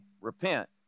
repent